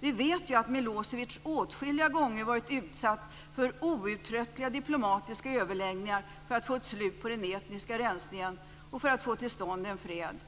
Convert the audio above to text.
Vi vet ju att Milosevic åtskilliga gånger varit utsatt för outtröttliga diplomatiska överläggningar för att få ett slut på den etniska resningen och få till stånd en fred.